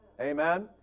amen